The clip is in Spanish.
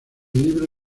libro